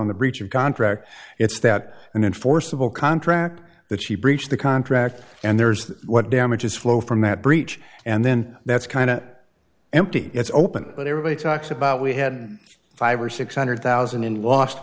on the breach of contract it's that an enforceable contract that she breached the contract and there's what damages flow from that breach and then that's kind of empty it's open but everybody talks about we had five or six hundred thousand in lost